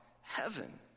heaven